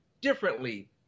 differently